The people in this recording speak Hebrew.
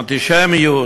אנטישמיות.